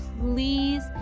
Please